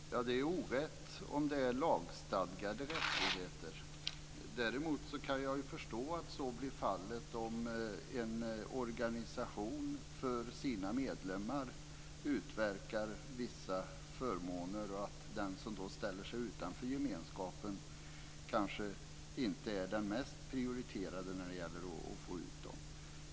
Fru talman! Det är orätt om det handlar om lagstadgade rättigheter. Däremot kan jag förstå att så blir fallet om en organisation utverkar vissa förmåner för sina medlemmar. Den som ställer sig utanför gemenskapen då kanske inte är den mest prioriterade när det gäller att få ut förmånerna.